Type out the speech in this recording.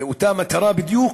לאותה מטרה בדיוק,